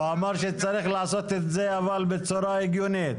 הוא אמר שצריך לעשות את זה אבל בצורה הגיונית.